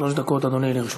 שלוש דקות, אדוני, לרשותך.